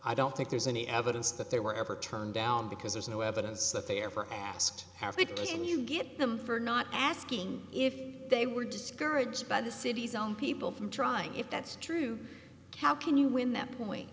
i don't think there's any evidence that they were ever turned down because there's no evidence that they ever asked have the case and you get them for not asking if they were discouraged by the city's own people from trying if that's true how can you win that point